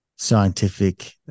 scientific